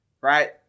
right